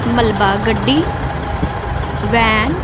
ਮਲਬਾ ਗੱਡੀ ਵੈਨ